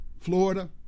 Florida